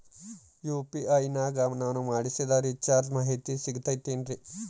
UPI ನಾಗ ನಾನು ಮಾಡಿಸಿದ ರಿಚಾರ್ಜ್ ಮಾಹಿತಿ ಸಿಗುತೈತೇನ್ರಿ?